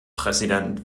präsident